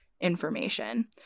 information